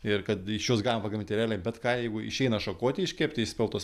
ir kad iš jos galima pagaminti realiai bet ką jeigu išeina šakotį iškepti iš speltos